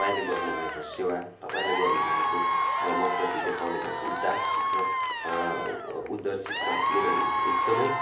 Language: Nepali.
तपाईँले गर्नुभएको सेवा तपाईँले गर्नुभएको मप्रति देखाउनु भएको उदार चित्र उदार चित्र मेरो निम्ति एकदमै